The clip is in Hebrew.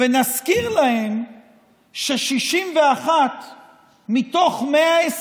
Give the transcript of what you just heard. ונזכיר להם ש-61 מתוך 120